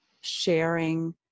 sharing